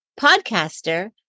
podcaster